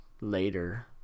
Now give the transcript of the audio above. Later